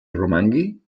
romangui